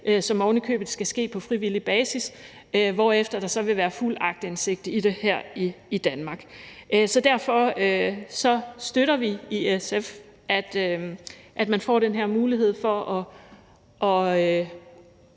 som ovenikøbet skal ske på frivillig basis, hvorefter der vil være fuld aktindsigt i det her i Danmark. Så derfor støtter vi i SF, at man får den her mulighed for at